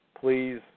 Please